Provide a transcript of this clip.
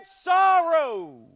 sorrow